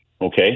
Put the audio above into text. okay